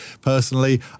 personally